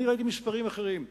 אני ראיתי מספרים אחרים,